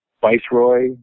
Viceroy